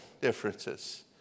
differences